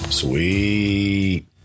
sweet